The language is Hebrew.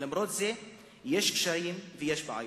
ולמרות זה יש קשיים ויש בעיות.